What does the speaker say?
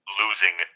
losing